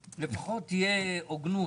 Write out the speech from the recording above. לפחות תהיה הוגנות.